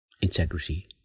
integrity